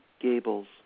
gables